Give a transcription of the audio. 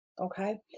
okay